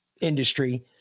industry